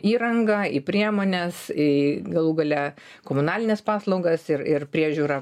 įrangą į priemones į galų gale komunalines paslaugas ir ir priežiūra